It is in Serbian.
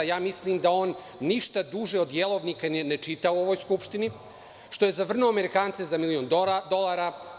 Ja mislim da on ništa duže od jelovnika ni ne čita u ovoj Skupštini, što je zavrnuo Amerikance za milion dolara.